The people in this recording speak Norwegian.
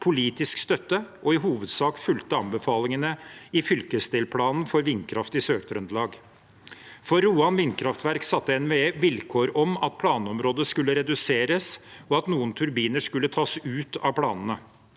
politisk støtte og i hovedsak fulgte anbefalingene i fylkesdelplanen for vindkraft i Sør-Trøndelag. For Roan vindkraftverk satte NVE vilkår om at planområdet skulle reduseres, og at noen turbiner skulle tas ut av planene.